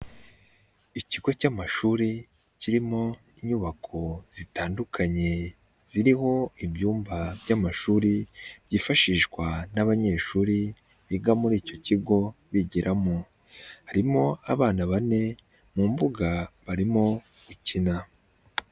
Ikigo cy'amashuri kirimo inyubako zitandukanye ziriho ibyumba by'amashuri byifashishwa n'abanyeshuri biga muri icyo kigo bigiramo ,harimo abana bane mu mbuga barimo gukina.